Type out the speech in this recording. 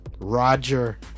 Roger